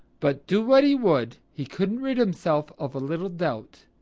but do what he would, he couldn't rid himself of a little doubt.